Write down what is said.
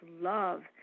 love